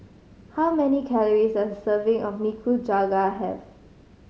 how many calories does serving of Nikujaga have